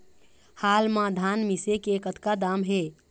हाल मा धान मिसे के कतका दाम हे?